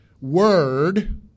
word